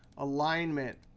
alignment,